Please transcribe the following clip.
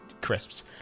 crisps